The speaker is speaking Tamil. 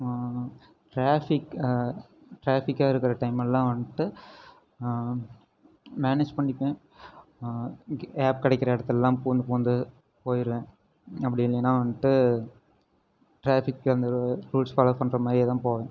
டிராஃபிக் டிராஃபிக்காக இருக்கிற டயமெல்லாம் வந்துட்டு மேனேஜ் பண்ணிப்பேன் கேப் கிடைக்கிற இடத்துலலாம் பூந்து பூந்து போயிடுவேன் அப்படி இல்லைன்னா வந்துட்டு டிராஃபிக் வந்து ரூல்ஸ் ஃபாலோ பண்ணுற மாதிரியே தான் போவேன்